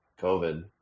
COVID